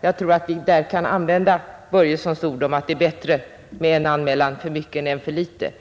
Jag tror att vi där kan använda herr Börjessons i Falköping ord om att det är bättre med en anmälan för mycket än med en anmälan för litet.